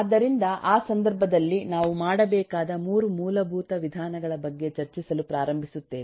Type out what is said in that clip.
ಆದ್ದರಿಂದ ಆ ಸಂದರ್ಭದಲ್ಲಿ ನಾವು ಮಾಡಬೇಕಾದ ಮೂರು ಮೂಲಭೂತ ವಿಧಾನಗಳ ಬಗ್ಗೆ ಚರ್ಚಿಸಲು ಪ್ರಾರಂಭಿಸುತ್ತೇವೆ